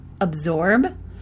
absorb